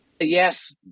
Yes